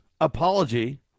apology